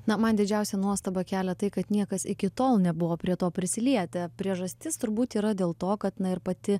na man didžiausią nuostabą kelia tai kad niekas iki tol nebuvo prie to prisilietę priežastis turbūt yra dėl to kad na ir pati